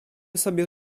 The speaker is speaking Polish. sobie